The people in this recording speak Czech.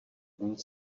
dní